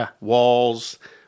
walls